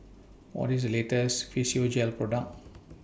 What IS The latest Physiogel Product